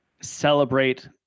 celebrate